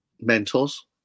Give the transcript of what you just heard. Mentors